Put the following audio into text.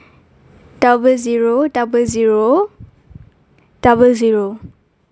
double zero double zero double zero